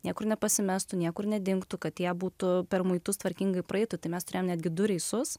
niekur nepasimestų niekur nedingtų kad jie būtų per muitus tvarkingai praeitą trimestrą netgi du reisus